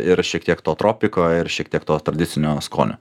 ir šiek tiek to tropiko ir šiek tiek to tradicinio skonio